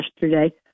yesterday